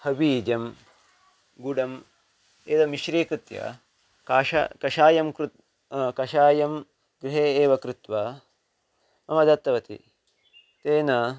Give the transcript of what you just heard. हबीजं गुडम् एतत् मिश्रीकृत्य काश कषायं कृत् कषायं गृहे एव कृत्वा मम दत्तवती तेन